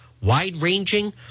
wide-ranging